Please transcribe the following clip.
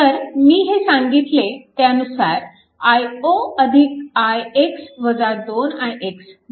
तर मी हे सांगितले त्यानुसार i0 ix 2 ix V0 4